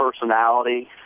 personality